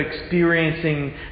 experiencing